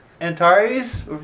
Antares